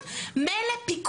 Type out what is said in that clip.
מה פתאום שהם יסתובבו ברחובות?